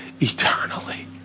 eternally